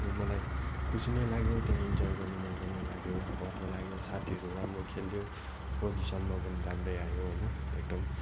अनि मलाई खुसी नै लाग्यो त्यहाँ इन्जोय गर्नु मजा नै लाग्यो गर्व लाग्यो साथीहरू राम्रो खेलिदियो पोजिसनमा पनि राम्रै आयो होइन एकदम